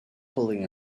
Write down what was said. holding